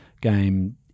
game